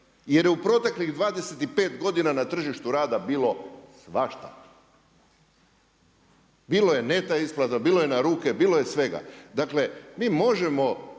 jer je u proteklih 25 godina na tržištu rada bilo svašta. Bilo je neta isplata, bilo je na ruke, bilo je svega. Dakle, mi možemo